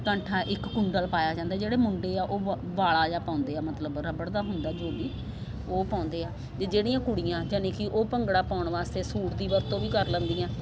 ਕੰਠਾ ਇੱਕ ਕੁੰਡਲ ਪਾਇਆ ਜਾਂਦਾ ਜਿਹੜੇ ਮੁੰਡੇ ਆ ਉਹ ਵਾਲਾ ਜਿਹਾ ਪਾਉਂਦੇ ਆ ਮਤਲਬ ਰਬੜ ਦਾ ਹੁੰਦਾ ਜੋ ਵੀ ਉਹ ਪਾਉਂਦੇ ਆ ਅਤੇ ਜਿਹੜੀਆਂ ਕੁੜੀਆਂ ਯਾਨੀ ਕਿ ਉਹ ਭੰਗੜਾ ਪਾਉਣ ਵਾਸਤੇ ਸੂਟ ਦੀ ਵਰਤੋਂ ਵੀ ਕਰ ਲੈਂਦੀਆਂ